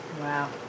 Wow